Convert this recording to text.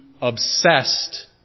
obsessed